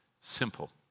simple